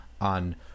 on